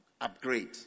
upgrade